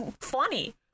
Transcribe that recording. funny